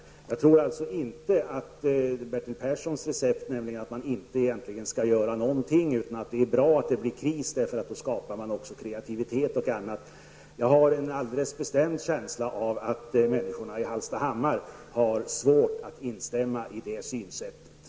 Jag tror alltså inte på Bertil Perssons recept att man egentligen inte skall göra någonting utan att det är bra att det blir kris därför att då uppstår också kreativitet bl.a. Jag har en alldeles bestämd känsla av att människorna i Hallstahammar har svårt att instämma i det synsättet.